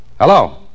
Hello